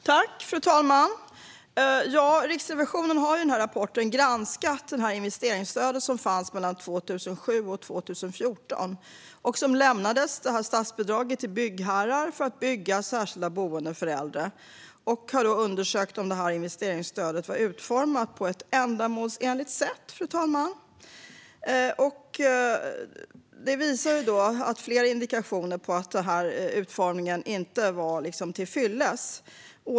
Fru talman! Riksrevisionen har i denna rapport granskat det investeringsstöd som fanns mellan 2007 och 2014. Det var ett statsbidrag som lämnades till byggherrar som skulle bygga särskilda boenden för äldre. Riksrevisionen har undersökt om investeringsstödet var utformat på ett ändamålsenligt sätt. Det visar sig att det finns flera indikationer på att utformningen inte var till fyllest.